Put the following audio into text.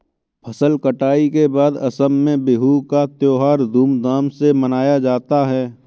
फसल कटाई के बाद असम में बिहू का त्योहार धूमधाम से मनाया जाता है